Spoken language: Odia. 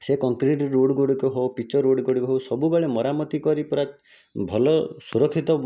ସେ କଂକ୍ରିଟ ରୋଡ଼ ଗୁଡ଼ିକ ହେଉ ପିଚୁ ରୋଡ଼ ଗୁଡ଼ିକ ହେଉ ସବୁବେଳେ ମରାମତି କରି ପୁରା ଭଲ ସୁରକ୍ଷିତ